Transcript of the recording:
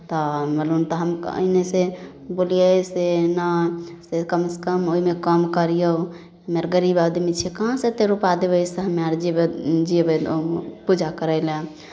तऽ मतलब तऽ हम एन्नेसँ बोललियै से ने से कमसँ कम ओहिमे कम करियौ हमेआर गरीब आदमी छी कहाँसँ एतेक रुपैआ देबै से हमेआर जीबै जयबै पूजा करय लए